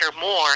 more